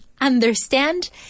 understand